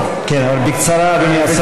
אני רק רוצה להסביר לך, כן, אבל בקצרה, אדוני השר.